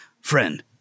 friend